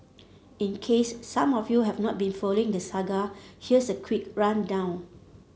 in case some of you haven not been following the saga here's a quick rundown